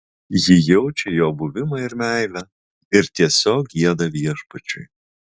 ji jaučia jo buvimą ir meilę ir tiesiog gieda viešpačiui